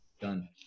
done